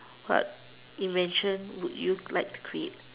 what invention would you like to create